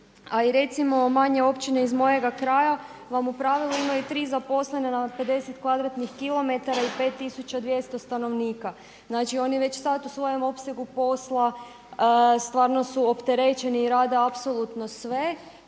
A i recimo manje općine iz mojega kraja vam u pravilu imaju tri zaposlena na 50 kvadratnih kilometara i 5.200 stanovnika. Znači oni već sada u svojem opsegu posla stvarno su opterećeni i rade apsolutno sve.